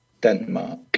Denmark